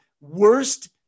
worst